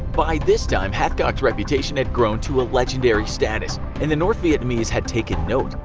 by this time hathcock's reputation had grown to ah legendary status, and the north vietnamese had taken note.